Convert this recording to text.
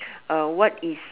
uh what is